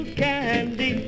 candy